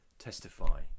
testify